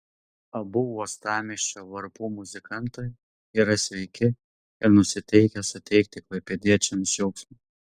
abu uostamiesčio varpų muzikantai yra sveiki ir nusiteikę suteikti klaipėdiečiams džiaugsmą